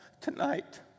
tonight